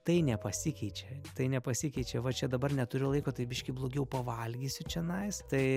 tai nepasikeičia tai nepasikeičia va čia dabar neturiu laiko tai biškį blogiau pavalgysiu čionais tai